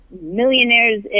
millionaires